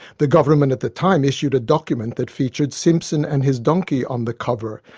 the government at the time issued a document that featured simpson and his donkey on the cover,